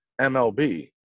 MLB